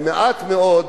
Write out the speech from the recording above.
ומעט מאוד,